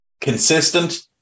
consistent